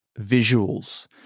visuals